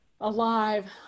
alive